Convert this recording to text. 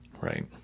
Right